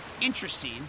interesting